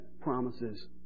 promises